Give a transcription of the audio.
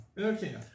Okay